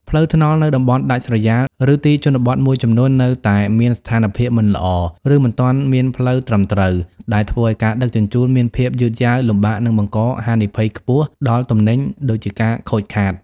ផ្លូវថ្នល់នៅតំបន់ដាច់ស្រយាល ឬទីជនបទមួយចំនួននៅតែមានស្ថានភាពមិនល្អ ឬមិនទាន់មានផ្លូវត្រឹមត្រូវ ដែលធ្វើឱ្យការដឹកជញ្ជូនមានភាពយឺតយ៉ាវ លំបាក និងបង្កហានិភ័យខ្ពស់ដល់ទំនិញ (ដូចជាការខូចខាត)។